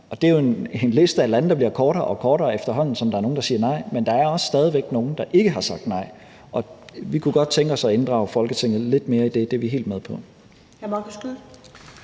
det er jo en liste af lande, der bliver kortere og kortere, efterhånden som der er nogle, der siger nej. Men der er også stadig væk nogle, der ikke har sagt nej, og vi kunne godt tænke os at inddrage Folketinget lidt mere i det – det er vi helt med på.